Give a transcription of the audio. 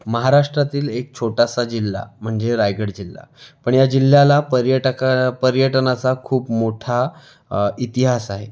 महाराष्ट्रातील एक छोटासा जिल्हा म्हणजे रायगड जिल्हा पण या जिल्ह्याला पर्यटका पर्यटनाचा खूप मोठा इतिहास आहे